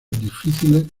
difíciles